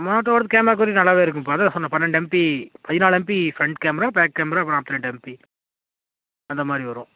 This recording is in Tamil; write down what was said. மோட்டோவோடது கேமரா குவாலிட்டி நல்லா தான் இருக்கும் இப்போ அதுதான் சொன்னேன் பன்னெண்டு எம்பி பதினாலு MP front camera back camera நாற்பத்தி ரெண்டு எம்பி அந்த மாதிரி வரும்